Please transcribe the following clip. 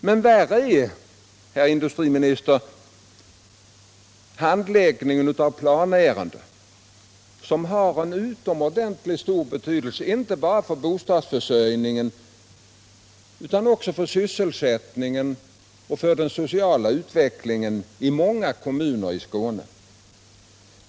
Men värre, herr industriminister, är handläggningen av planärendena, som har utomordentligt stor betydelse inte bara för bostadsförsörjningen utan också för sysselsättningen och för den sociala utvecklingen i många kommuner i Skåne.